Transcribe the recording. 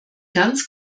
ganz